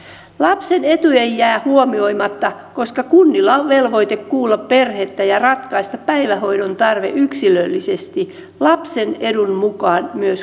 lapsen etu ei jää huomioimatta koska kunnilla on velvoite kuulla perhettä ja ratkaista päivähoidon tarve yksilöllisesti lapsen edun mukaan myös kokopäiväiseksi